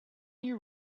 you